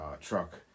truck